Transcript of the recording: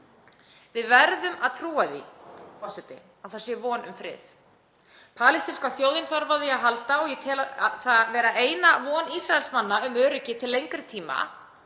Við verðum að trúa því, forseti, að það sé von um frið. Palestínska þjóðin þarf á því að halda og ég tel það vera einu von Ísraelsmanna um öryggi til lengri tíma.